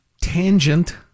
Tangent